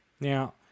Now